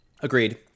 Agreed